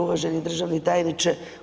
Uvaženi državni tajniče.